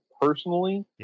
personally